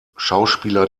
schauspieler